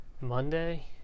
Monday